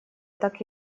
так